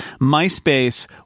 myspace